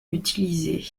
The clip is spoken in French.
d’utiliser